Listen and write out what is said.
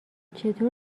چطور